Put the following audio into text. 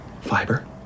Fiber